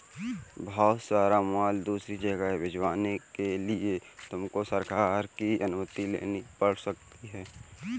बहुत सारा माल दूसरी जगह पर भिजवाने के लिए तुमको सरकार की अनुमति लेनी पड़ सकती है